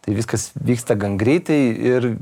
tai viskas vyksta gan greitai ir